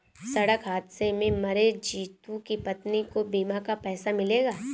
सड़क हादसे में मरे जितू की पत्नी को बीमा का पैसा मिलेगा